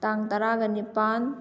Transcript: ꯇꯥꯡ ꯇꯔꯥꯒ ꯅꯤꯄꯥꯟ